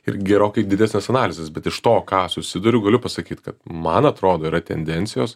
ir gerokai didesnės analizės bet iš to ką susiduriu galiu pasakyt kad man atrodo yra tendencijos